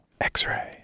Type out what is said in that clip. X-Ray